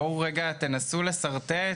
בואו רגע תנסו לשרטט,